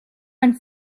and